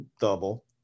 double